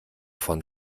von